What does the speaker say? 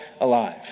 alive